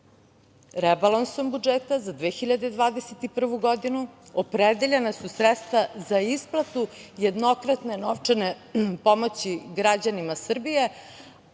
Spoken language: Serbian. itd. Rebalansom budžeta za 2021. godinu opredeljena su sredstva za isplatu jednokratne novčane pomoći građanima Srbije